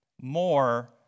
more